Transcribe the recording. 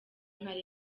nka